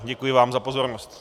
Děkuji vám za pozornost.